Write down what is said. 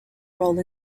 role